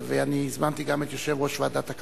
ואני הזמנתי גם את יושב-ראש ועדת הכלכלה.